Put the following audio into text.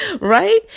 right